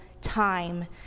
time